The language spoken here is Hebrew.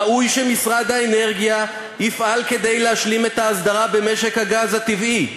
ראוי שמשרד האנרגיה יפעל כדי להשלים את האסדרה במשק הגז הטבעי.